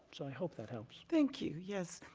so i hope that helps. thank you, yes.